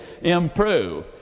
improve